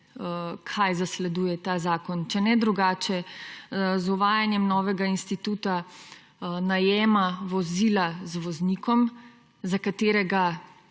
kaj zasleduje ta zakon. Če ne drugače, z uvajanjem novega instituta najema vozila z voznikom, za katerega